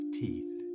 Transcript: teeth